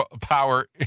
power